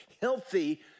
healthy